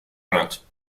plaintes